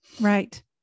Right